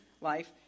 life